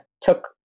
took –